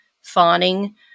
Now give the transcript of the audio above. fawning